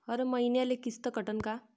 हर मईन्याले किस्त कटन का?